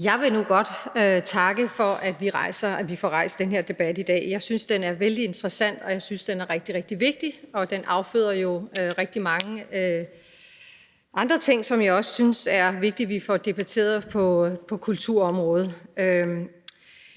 Jeg vil nu godt takke for, at vi får rejst den her debat i dag. Jeg synes, den er vældig interessant, og jeg synes, den er rigtig, rigtig vigtig, og den afføder jo rigtig mange andre ting, som jeg også synes det er vigtigt at vi får debatteret på kulturområdet.